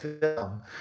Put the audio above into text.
film